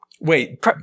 wait